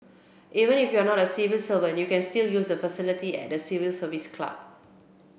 even if you are not a civil servant you can still use the facility at the Civil Service Club